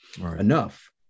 enough